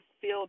feel